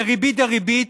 בריבית דריבית,